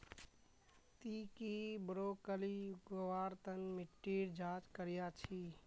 ती की ब्रोकली उगव्वार तन मिट्टीर जांच करया छि?